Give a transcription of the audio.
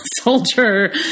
soldier